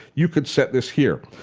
you could set this here.